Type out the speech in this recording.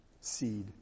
seed